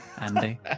Andy